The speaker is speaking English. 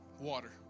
water